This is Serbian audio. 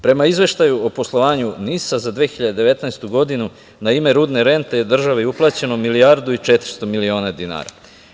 Prema Izveštaju o poslovanju NIS za 2019. godinu, na ime rente državi je uplaćeno milijardu i 400 miliona dinara.